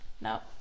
No